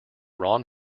ron